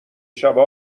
شبه